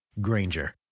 Granger